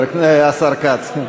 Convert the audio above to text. השר כץ.